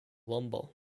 lumber